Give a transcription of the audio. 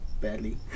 badly